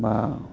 बा